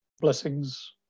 blessings